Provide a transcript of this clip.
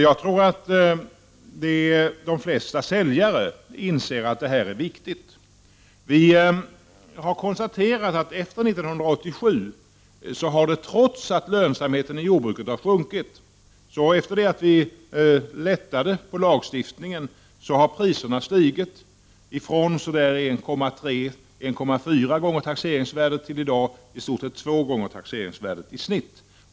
Jag tror att de flesta säljare inser att det här är viktigt. Vi har konstaterat att efter 1987, efter det att vi lättade på lagstiftningen, har - trots att lönsamheten i jordbruket har sjunkit - priserna stigit från så där 1,3 å 1,4 gånger taxeringsvärdet till i stort sett två gånger taxeringsvärdet i snitt.